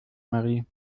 marie